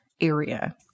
area